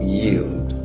yield